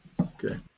Okay